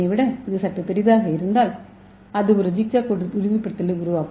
ஏவை விட இது சற்று பெரியதாக இருந்தால் அது ஒரு ஜிக்ஜாக் உறுதிப்படுத்தலை உருவாக்கும்